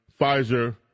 Pfizer